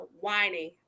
whining